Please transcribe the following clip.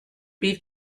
bydd